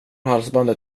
halsbandet